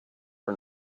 for